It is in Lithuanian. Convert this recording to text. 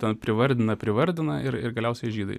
ten privardina privardina ir ir galiausiai žydai